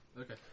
okay